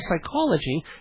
psychology